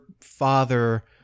father